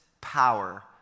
power